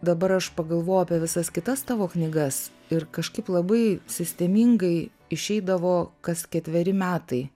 dabar aš pagalvojau apie visas kitas tavo knygas ir kažkaip labai sistemingai išeidavo kas ketveri metai